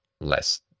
less